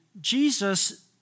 Jesus